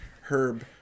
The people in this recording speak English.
Herb